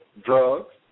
drugs